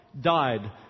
died